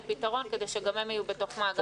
פתרון כדי שגם הם יהיו בתוך מעגל הלמידה.